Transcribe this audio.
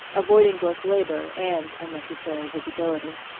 avoiding both labor and unnecessary visibility.